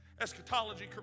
eschatology